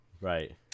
right